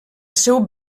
seu